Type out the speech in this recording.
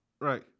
Right